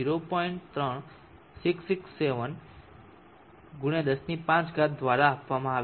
3667 × 105 દ્વારા આપવામાં આવ્યો છે